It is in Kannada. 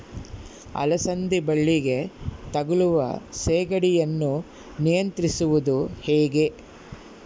ಅಲಸಂದಿ ಬಳ್ಳಿಗೆ ತಗುಲುವ ಸೇಗಡಿ ಯನ್ನು ನಿಯಂತ್ರಿಸುವುದು ಹೇಗೆ?